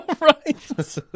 Right